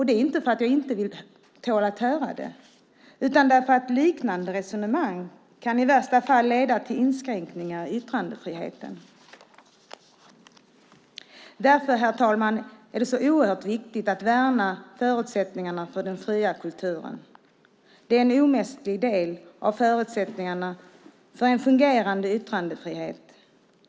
Det är inte för att jag inte tål att höra det, utan för att liknande resonemang i värsta fall kan leda till inskränkningar i yttrandefriheten. Därför, herr talman, är det oerhört viktigt att värna förutsättningarna för den fria kulturen. Det är en omistlig del av förutsättningarna för en fungerande yttrandefrihet.